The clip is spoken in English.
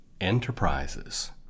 enterprises